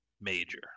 major